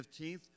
15th